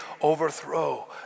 overthrow